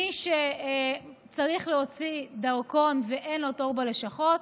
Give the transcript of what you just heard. מי שצריך להוציא דרכון ואין לו תור בלשכות